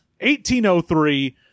1803